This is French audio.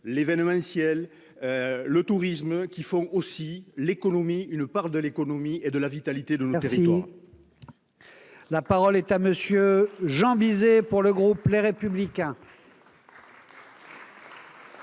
l'événementiel et le tourisme, qui constituent aussi une part de l'économie et de la vitalité de nos territoires. La parole est à M. Jean Bizet, pour le groupe Les Républicains.